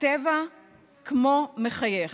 הטבע כמו מחייך.